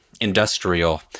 industrial